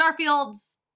starfield's